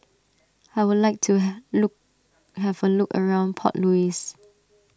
I would like to have look have a look around Port Louis